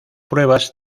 pruebas